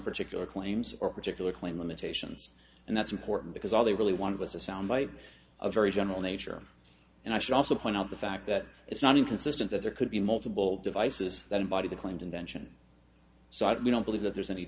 particular claims or particular claim limitations and that's important because all they really wanted was a sound bite of very general nature and i should also point out the fact that it's not inconsistent that there could be multiple devices that embody the claimed invention so i don't believe that there's any